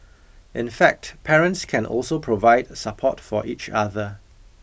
in fact parents can also provide support for each other